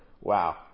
Wow